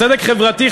צדק חברתי,